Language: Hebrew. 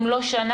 אם לא שנה,